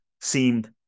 seemed